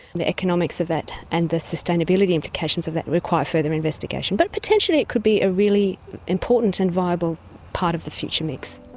the economics of that and the sustainability implications of that require further investigation, but potentially could be a really important and viable part of the future mix.